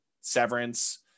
Severance